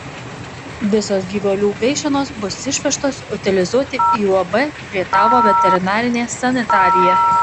visos gyvulių gaišenos bus išvežtos utilizuoti į uab rietavo veterinarinė sanitarija